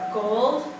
gold